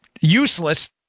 useless